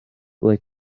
ble